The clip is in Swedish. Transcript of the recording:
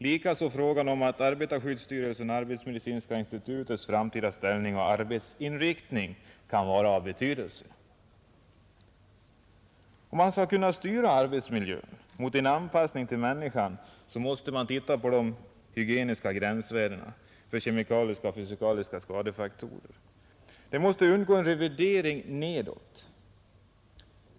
Likaså kan frågan om arbetarskyddsstyrelsens och arbetsmedicinska institutets fram tida ställning och arbetsinriktning vara av betydelse. Om man skall kunna styra arbetsmiljön mot en anpassning till människan måste de hygieniska gränsvärdena för kemiska och fysikaliska skadefaktorer undergå en revidering nedåt.